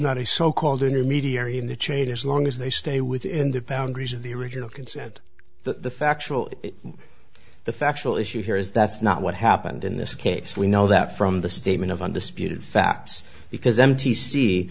not a so called intermediary in the chain as long as they stay within the boundaries of the original consent that the factual the factual issue here is that's not what happened in this case we know that from the statement of undisputed facts because m